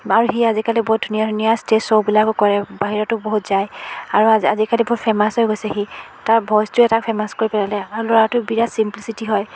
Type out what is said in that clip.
আৰু সি আজিকালি বহুত ধুনীয়া ধুনীয়া ষ্টেজ শ্ব'বিলাকো কৰে বাহিৰতো বহুত যায় আৰু আজিকালি বহুত ফেমাছ হৈ গৈছে সি তাৰ ভইচটোৱে তাক ফেমাছ কৰি পেলালে আৰু ল'ৰাটো বিৰাট চিম্পলিছিটি হয়